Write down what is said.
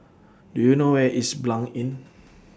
Do YOU know Where IS Blanc Inn